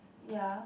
ya